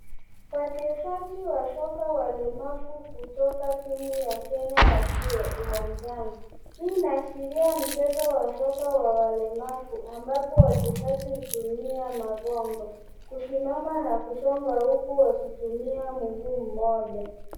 Wachezaji wa soka walemavu kutoka timu ya Kenya wakiwa uwanjani. Hii inaashiria mchezo wa soka wa walemavu ambapo wachezaji hutumia magongo kusimama na kusonga huku wakitumia mguu mmoja.